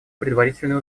предварительные